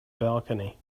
balcony